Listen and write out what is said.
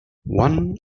one